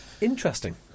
Interesting